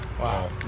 Wow